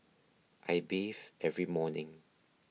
I bathe every morning